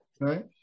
right